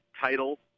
title